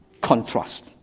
contrast